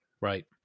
Right